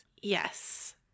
Yes